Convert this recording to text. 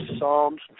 Psalms